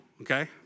okay